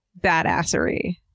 badassery